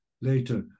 later